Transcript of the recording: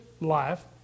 life